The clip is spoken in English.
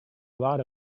lot